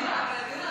מתקתקת.